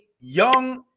young